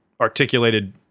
articulated